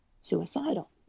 suicidal